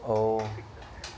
oh